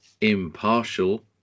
impartial